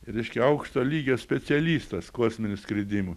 reiškia aukšto lygio specialistas kosminių skridimų